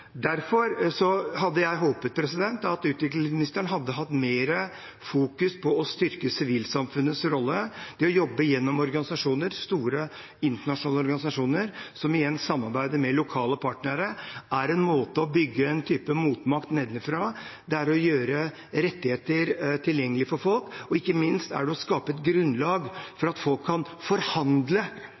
hadde jeg håpet at utviklingsministeren hadde lagt større vekt på å styrke sivilsamfunnets rolle. Det å jobbe gjennom store internasjonale organisasjoner som igjen samarbeider med lokale partnere, er en måte å bygge en type motmakt nedenfra på, det er å gjøre rettigheter tilgjengelige for folk, og ikke minst er det å skape et grunnlag for at folk kan forhandle